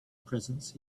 presence